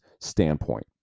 standpoint